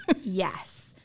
Yes